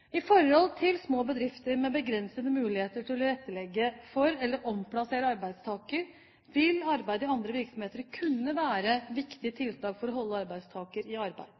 I forhold til små bedrifter med begrensede muligheter til å tilrettelegge for eller omplassere arbeidstaker vil arbeid i andre virksomheter kunne være viktige tiltak for å holde arbeidstaker i arbeid.